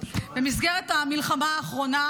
במסגרת המלחמה האחרונה